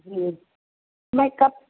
ہوں میں کب